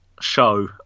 show